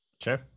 Sure